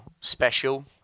special